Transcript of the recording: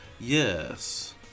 Yes